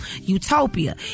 Utopia